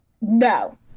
No